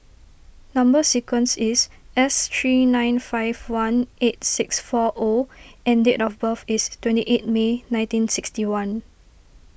Number Sequence is S three nine five one eight six four O and date of birth is twenty eight May nineteen sixty one